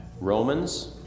Romans